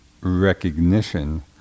recognition